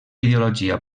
ideologia